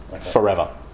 forever